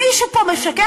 מישהו פה משקר.